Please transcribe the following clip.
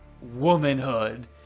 womanhood